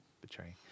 betraying